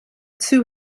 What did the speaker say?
two